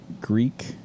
Greek